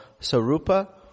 sarupa